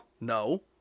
No